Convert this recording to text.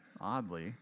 oddly